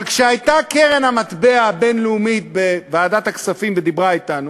אבל כשהייתה קרן המטבע הבין-לאומית בוועדת הכספים ודיברה אתנו,